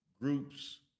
groups